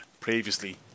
previously